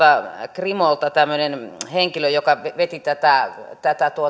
krimolta tämmöinen henkilö joka veti tätä tätä